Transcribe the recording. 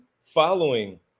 following